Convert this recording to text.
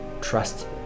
trust